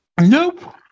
Nope